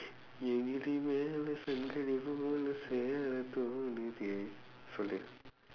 என் கிளி மேல சங்கிலி போல சேர தோணுது சொல்லு:en kili meela sangkili poola seera thoonuthu